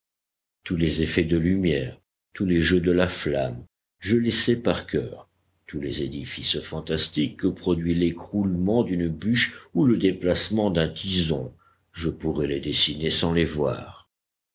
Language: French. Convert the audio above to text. tous les effets de lumière tous les jeux de la flamme je les sais par cœur tous les édifices fantastiques que produit l'écroulement d'une bûche ou le déplacement d'un tison je pourrais les dessiner sans les voir